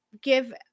give